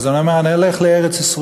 הוא אמר: אני הולך לארץ-ישראל.